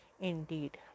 indeed